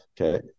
okay